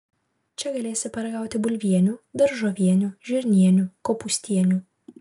čia galėsi paragauti bulvienių daržovienių žirnienių kopūstienių